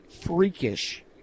freakish